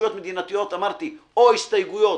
רשויות מדינתיות אמרתי: או הסתייגויות